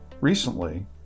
Recently